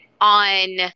on